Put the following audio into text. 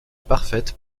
parfaite